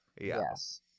Yes